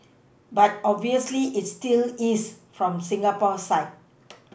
but obviously it still is from Singapore's side